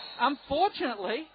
Unfortunately